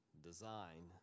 Design